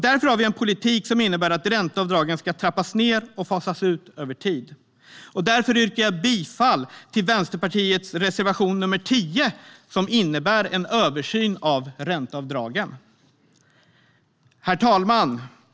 Därför har vi en politik som innebär att ränteavdragen ska trappas ned och fasas ut över tid. Därför yrkar jag bifall till Vänsterpartiets reservation nr 10, som gäller en översyn av ränteavdragen. Herr talman!